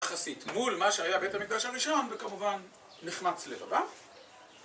מול מה שהיה בית המקדש הראשון וכמובן נחמץ לבבם